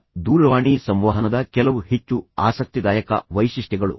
ಈಗ ದೂರವಾಣಿ ಸಂವಹನದ ಕೆಲವು ಹೆಚ್ಚು ಆಸಕ್ತಿದಾಯಕ ವೈಶಿಷ್ಟ್ಯಗಳು